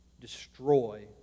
destroy